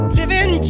living